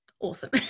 Awesome